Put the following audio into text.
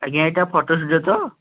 ଆଜ୍ଞା ଏଇଟା photo studio ତ